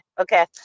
Okay